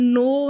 no